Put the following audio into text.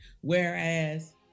Whereas